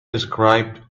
described